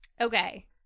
Okay